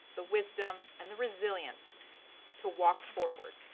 the wisdom and the resilience to walk forward.